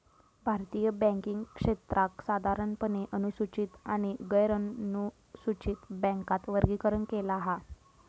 भारतीय बॅन्किंग क्षेत्राक साधारणपणे अनुसूचित आणि गैरनुसूचित बॅन्कात वर्गीकरण केला हा